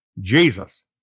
Jesus